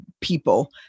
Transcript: people